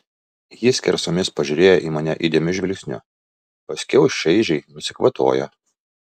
ji skersomis pažiūrėjo į mane įdėmiu žvilgsniu paskiau šaižiai nusikvatojo